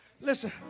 Listen